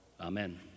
amen